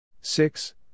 six